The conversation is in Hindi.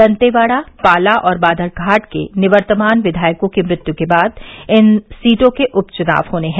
दंतेवाड़ा पाला और बाधरघाट के निवर्तमान विघायकों की मृत्यु के बाद इन सीटों के लिए उप चुनाव होने हैं